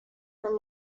from